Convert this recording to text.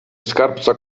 skarbca